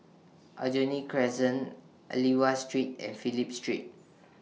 Aljunied Crescent Aliwal Street and Phillip Street